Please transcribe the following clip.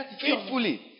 faithfully